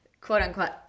quote-unquote